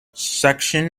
section